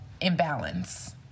imbalance